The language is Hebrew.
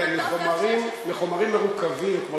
ובמהירות של מטוס 16-F. בלוחות זמנים ומחומרים מרוכבים,